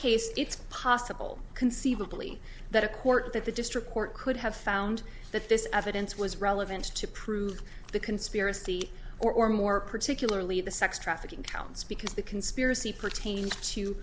case it's possible conceivably that a court that the district court could have found that this evidence was relevant to prove the conspiracy or more particularly the sex trafficking counts because the conspiracy pertains to